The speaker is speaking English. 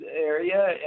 area